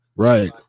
Right